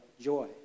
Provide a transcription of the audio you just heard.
joy